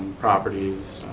properties,